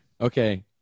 okay